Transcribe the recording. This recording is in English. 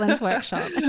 workshop